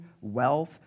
wealth